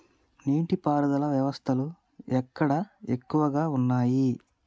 నీటి పారుదల వ్యవస్థలు ఎక్కడ ఎక్కువగా ఉన్నాయి?